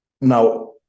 now